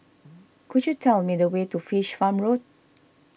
could you tell me the way to Fish Farm Road